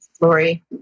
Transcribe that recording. Lori